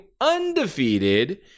undefeated